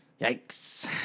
Yikes